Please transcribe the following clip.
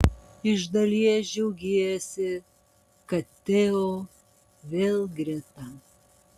iš dalies džiaugiesi kad teo vėl greta